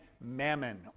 mammon